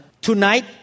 Tonight